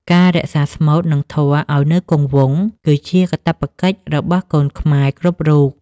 ការរក្សាស្មូត និងធម៌ឱ្យនៅគង់វង្ស គឺជាកាតព្វកិច្ចរបស់កូនខ្មែរគ្រប់រូប។